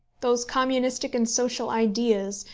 those communistic and social ideas,